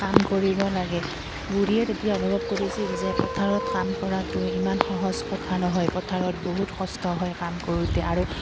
কাম কৰিব লাগে বুঢ়ীয়ে তেতিয়া অনুভৱ কৰিছিল যে পথাৰত কাম কৰাটো ইমান সহজ কথা নহয় পথাৰত বহুত কষ্ট হয় কাম কৰোঁতে আৰু